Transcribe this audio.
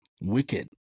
Wicked